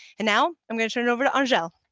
and now i'm going to turn over to angele.